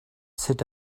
sit